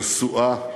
שסועה ופצועה.